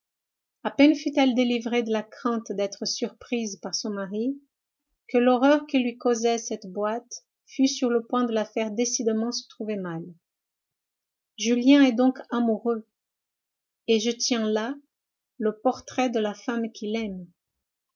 a peine fut-elle délivrée de la crainte d'être surprise par son mari que l'horreur que lui causait cette boîte fut sur le point de la faire décidément se trouver mal julien est donc amoureux et je tiens là le portrait de la femme qu'il aime